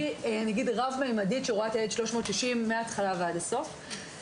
הכי רב ממדית שרואה את הילד מהתחלה ועד הסוף.